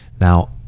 now